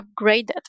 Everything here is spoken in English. upgraded